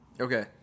Okay